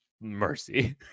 mercy